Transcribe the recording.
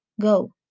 go